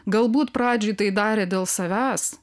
galbūt pradžiai tai darė dėl savęs